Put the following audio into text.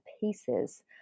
pieces